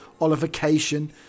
olification